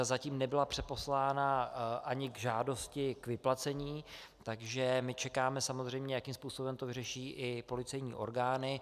Zatím nebyla přeposlána ani k žádosti k vyplacení, takže my čekáme samozřejmě, jakým způsobem to vyřeší i policejní orgány.